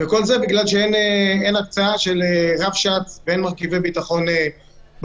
וכל זה בגלל שאין הקצאה של רבש"ץ ואין מרכיבי ביטחון בישובים.